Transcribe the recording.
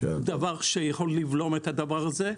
דבר שיכול לבלום את הדבר הזה.